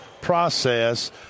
process